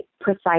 precise